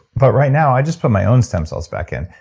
but right now, i just put my own stem cells back in.